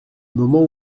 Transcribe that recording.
moments